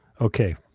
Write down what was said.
Okay